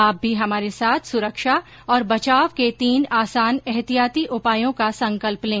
आप भी हमारे साथ सुरक्षा और बचाव के तीन आसान एहतियाती उपायों का संकल्प लें